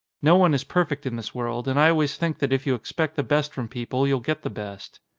no one is perfect in this world and i always think that if you expect the best from people you'll get the best.